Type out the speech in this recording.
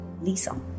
Lisa